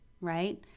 right